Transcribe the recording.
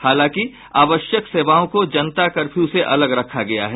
हालांकि आवश्यक सेवाओं को जनता कर्फ्यू से अलग रखा गया है